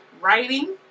writing